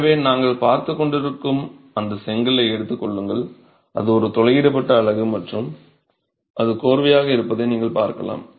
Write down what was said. எனவே நாங்கள் பார்த்துக்கொண்டிருக்கும் அந்த செங்கலை எடுத்துக் கொள்ளுங்கள் அது ஒரு துளையிடப்பட்ட அலகு மற்றும் அது கோர்வையாக இருப்பதை நீங்கள் பார்க்கலாம்